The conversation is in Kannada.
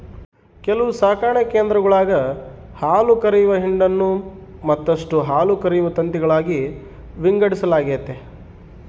ಕೆಲವು ಸಾಕಣೆ ಕೇಂದ್ರಗುಳಾಗ ಹಾಲುಕರೆಯುವ ಹಿಂಡನ್ನು ಮತ್ತಷ್ಟು ಹಾಲುಕರೆಯುವ ತಂತಿಗಳಾಗಿ ವಿಂಗಡಿಸಲಾಗೆತೆ